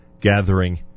gathering